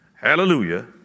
Hallelujah